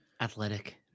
athletic